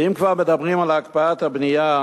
ואם כבר מדברים על הקפאת הבנייה,